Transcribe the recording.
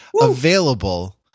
available